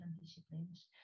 disciplines